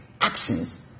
actions